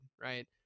Right